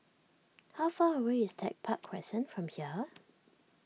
how far away is Tech Park Crescent from here